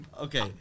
Okay